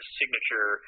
signature